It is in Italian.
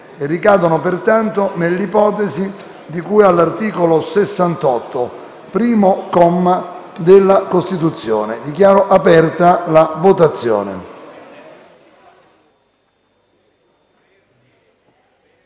e ricadono pertanto nell'ipotesi di cui all'articolo 68, primo comma, della Costituzione. *(Segue la votazione)*.